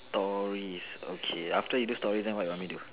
stories okay after you do stories then what you want me to do